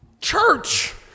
Church